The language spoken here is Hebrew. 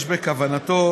יש בכוונתו